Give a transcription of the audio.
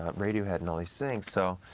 ah radio head and all these things. so